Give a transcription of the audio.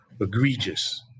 egregious